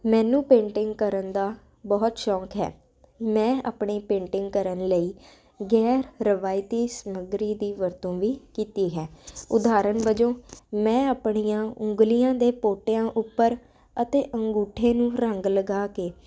ਮੈਨੂੰ ਪੇਂਟਿੰਗ ਕਰਨ ਦਾ ਬਹੁਤ ਸ਼ੌਂਕ ਹੈ ਮੈਂ ਆਪਣੀ ਪੇਂਟਿੰਗ ਕਰਨ ਲਈ ਗੈਰ ਰਵਾਇਤੀ ਸਮੱਗਰੀ ਦੀ ਵਰਤੋਂ ਵੀ ਕੀਤੀ ਹੈ ਉਦਾਹਰਣ ਵਜੋਂ ਮੈਂ ਆਪਣੀਆਂ ਉਂਗਲੀਆਂ ਦੇ ਪੋਟਿਆਂ ਉੱਪਰ ਅਤੇ ਅੰਗੂਠੇ ਨੂੰ ਰੰਗ ਲਗਾ ਕੇ